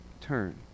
turn